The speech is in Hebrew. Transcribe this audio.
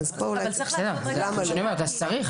צריך.